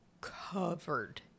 covered